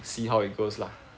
see how it goes lah